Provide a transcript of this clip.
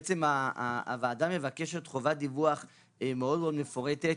בעצם הוועדה מבקשת חובת דיווח מאוד מפורטת,